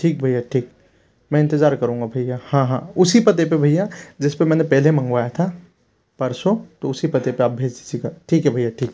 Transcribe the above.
ठीक भय्या ठीक मैं इंतज़ार करूँगा भय्या हाँ हाँ उसी पते पर भय्या जिस पर मैंने पहले मंगवाया था परसों तो उसी पते पर आप भेज दीजिएगा ठीक है भय्या ठीक